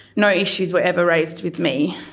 no issues were ever raised with me,